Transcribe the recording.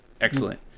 Excellent